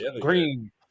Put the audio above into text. green